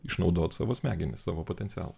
išnaudot savo smegenis savo potencialą